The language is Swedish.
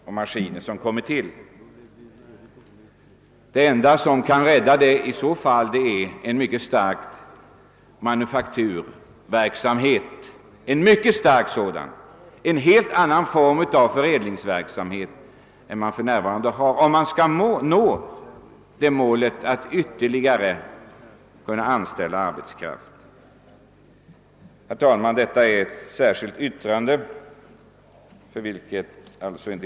För att man skall kunna nå målet att anställa ytterligare arbetskraft krävs att företaget får en mycket stark utvecklad manufaktureringsverksamhet och en helt annan form av förädlingsverksamhet än för närvarande. Herr talman!